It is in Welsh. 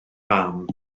fam